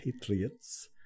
Patriots